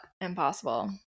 Impossible